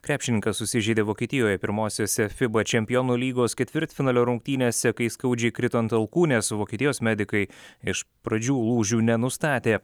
krepšininkas susižeidė vokietijoje pirmosiose fiba čempionų lygos ketvirtfinalio rungtynėse kai skaudžiai krito ant alkūnės o vokietijos medikai iš pradžių lūžių nenustatė